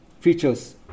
features